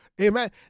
Amen